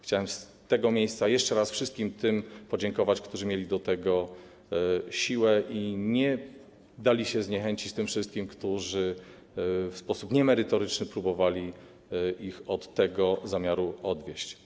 Chciałem z tego miejsca jeszcze raz podziękować tym wszystkim, którzy mieli do tego siłę i nie dali się zniechęcić tym wszystkim, którzy w sposób niemerytoryczny próbowali ich od tego zamiaru odwieść.